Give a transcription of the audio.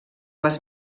les